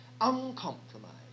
uncompromised